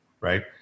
Right